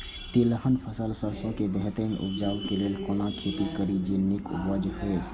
तिलहन फसल सरसों के बेहतरीन उपजाऊ लेल केना खेती करी जे नीक उपज हिय?